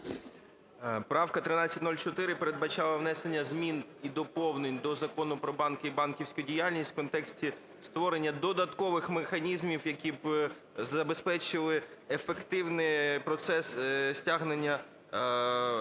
Правка 1304 передбачала внесення змін і доповнень до Закону "Про банки і банківську діяльність" у контексті створення додаткових механізмів, які б забезпечили ефективний процес стягнення